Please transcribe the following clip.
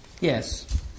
Yes